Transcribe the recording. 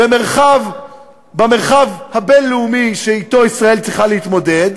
במרחב הבין-לאומי שאתו ישראל צריכה להתמודד.